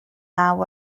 naw